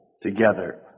together